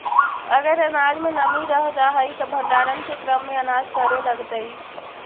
अगर अनाज में नमी रह जा हई त भण्डारण के क्रम में अनाज सड़े लगतइ